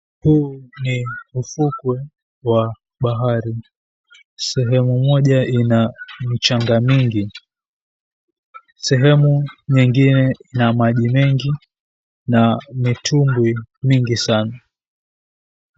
Huu ni ufukwe wa bahari. Sehemu moja ina michanga mingi, sehemu nyingine na maji mengi na mitumbwi mingi sana.